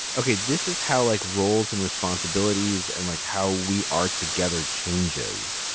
ok, this is how like roles and responsibilities and like how we are together changes?